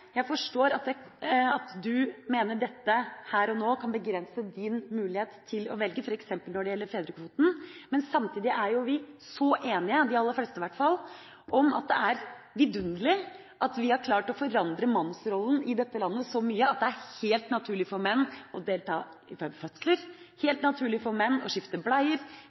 jeg forstår at du mener dette her og nå kan begrense din mulighet til f.eks. å velge når det gjelder fedrekvoten, men samtidig er vi så enige – de aller fleste, i hvert fall – om at det er vidunderlig at vi har klart å forandre mannsrollen i dette landet så mye at det er helt naturlig for menn å delta ved fødsler, helt naturlig for menn å skifte bleier,